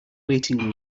waiting